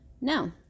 No